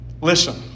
Listen